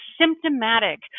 symptomatic